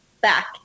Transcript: back